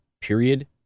period